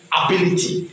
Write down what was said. ability